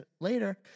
later